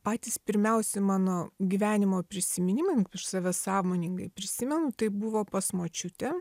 patys pirmiausi mano gyvenimo prisiminimai nu kaip už save sąmoningai prisimenu tai buvo pas močiutę